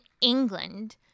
England